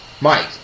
Mike